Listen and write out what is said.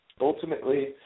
ultimately